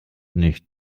nicht